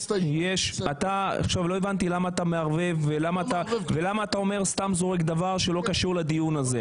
לא הבנתי למה אתה סתם זורק דבר שלא קשור לדיון הזה.